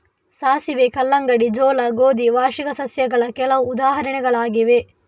ಸಾಸಿವೆ, ಕಲ್ಲಂಗಡಿ, ಜೋಳ, ಗೋಧಿ ವಾರ್ಷಿಕ ಸಸ್ಯಗಳ ಕೆಲವು ಉದಾಹರಣೆಗಳಾಗಿವೆ